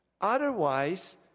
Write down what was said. Otherwise